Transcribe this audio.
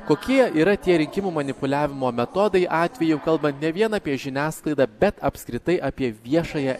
kokie yra tie rinkimų manipuliavimo metodai atveju kalbant ne vien apie žiniasklaidą bet apskritai apie viešąją